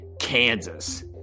Kansas